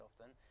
often